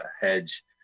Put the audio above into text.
hedge